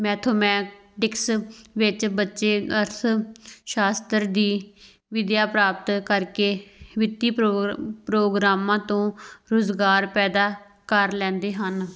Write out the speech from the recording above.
mathematics ਵਿੱਚ ਬੱਚੇ ਅਰਥ ਸ਼ਾਸਤਰ ਦੀ ਵਿੱਦਿਆ ਪ੍ਰਾਪਤ ਕਰਕੇ ਵਿੱਤੀ ਪ੍ਰੋਗ ਪ੍ਰੋਗਰਾਮਾਂ ਤੋਂ ਰੁਜ਼ਗਾਰ ਪੈਦਾ ਕਰ ਲੈਂਦੇ ਹਨ